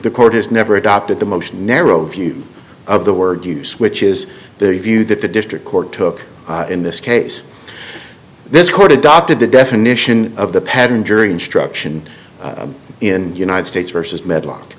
the court has never adopted the most narrow view of the word use which is the view that the district court took in this case this court adopted the definition of the pattern jury instruction in united states versus medlock